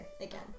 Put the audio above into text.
again